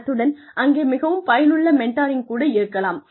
அத்துடன் அங்கே மிகவும் பயனுள்ள மெண்ட்டாரிங் கூட இருக்கலாம்